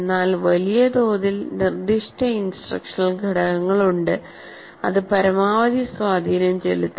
എന്നാൽ വലിയതോതിൽ നിർദ്ദിഷ്ട ഇൻസ്ട്രക്ഷണൽ ഘടകങ്ങളുണ്ട് അത് പരമാവധി സ്വാധീനം ചെലുത്തും